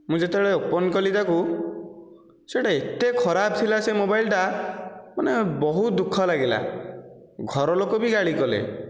ମୁଁ ଯେତେବେଳେ ଓପନ୍ କଲି ତାକୁ ସେଟା ଏତେ ଖରାପ ଥିଲା ସେ ମୋବାଇଲଟା ମାନେ ବହୁତ ଦୁଃଖ ଲାଗିଲା ଘର ଲୋକ ବି ଗାଳି କଲେ